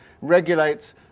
regulates